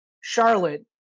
Charlotte